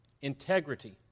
Integrity